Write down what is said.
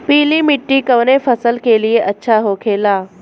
पीला मिट्टी कोने फसल के लिए अच्छा होखे ला?